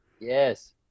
Yes